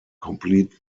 complete